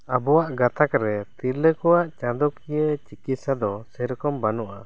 ᱟᱵᱚᱣᱟᱜ ᱜᱟᱛᱷᱟᱠ ᱨᱮ ᱛᱤᱨᱞᱟᱹ ᱠᱚᱣᱟᱜ ᱪᱟᱸᱫᱚ ᱠᱤᱭᱟᱹ ᱪᱤᱠᱤᱛᱥᱟ ᱫᱚ ᱥᱮ ᱨᱚᱠᱚᱢ ᱵᱟᱹᱱᱩᱜᱼᱟ